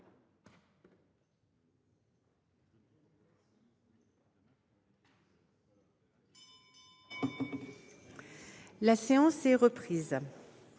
La séance est reprise.